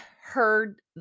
heard